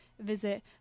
visit